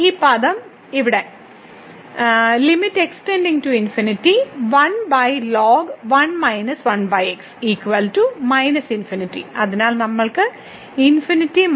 ഈ പദം ഇവിടെ അതിനാൽ നമ്മൾക്ക് ഫോം ഉണ്ട്